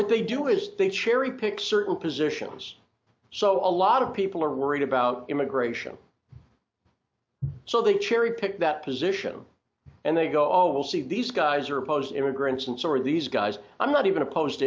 what they do is they cherry pick certain positions so a lot of people are worried about immigration so they cherry pick that position and they go oh we'll see these guys are opposed immigrants and so are these guys i'm not even opposed